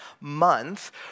month